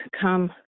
come